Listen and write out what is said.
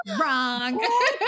Wrong